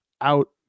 out